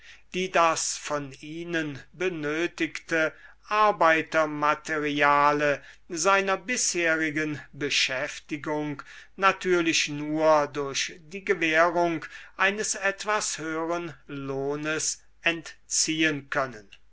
die das von ihnen benötigte arbeitermateriale seiner bisherigen beschäftigung natürlich nur durch die gewährung eines etwas höheren lohnes entziehen können